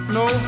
no